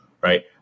right